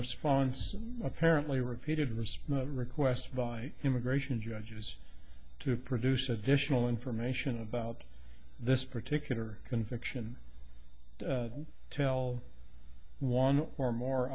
response apparently repeated was requested by immigration judge use to produce additional information about this particular conviction till one or more